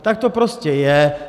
Tak to prostě je.